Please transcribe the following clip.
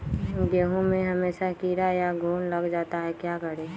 गेंहू में हमेसा कीड़ा या घुन लग जाता है क्या करें?